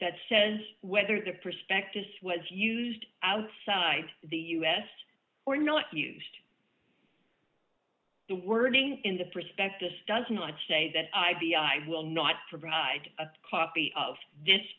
that says whether the prospectus was used outside the us or not used the wording in the prospectus does not say that i b i will not provide a copy of this